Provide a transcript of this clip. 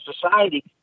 society